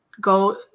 go